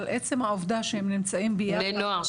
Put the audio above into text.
אבל עצם העובדה שהם נמצאים ביחד --- בני נוער,